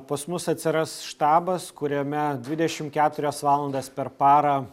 pas mus atsiras štabas kuriame dvidešimt keturias valandas per parą